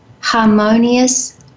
harmonious